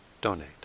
donate